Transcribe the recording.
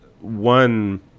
one